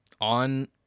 on